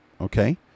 okay